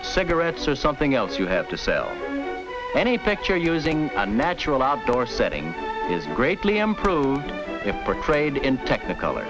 it's cigarettes or something else you have to sell any picture using a natural outdoor setting is greatly improved if or trade in technicolor